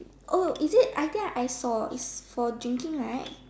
oh is it I think I saw its for drinking right